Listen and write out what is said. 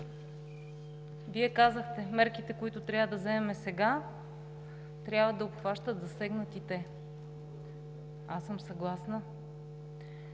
Вие казахте: мерките, които трябва да вземем сега, трябва да обхващат засегнатите. Аз съм съгласна